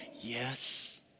Yes